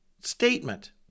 statement